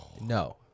No